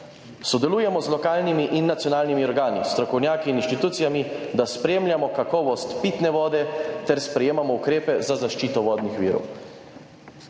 Sodelujemo z lokalnimi in nacionalnimi organi, strokovnjaki in inštitucijami, da spremljamo kakovost pitne vode ter sprejemamo ukrepe za zaščito vodnih virov.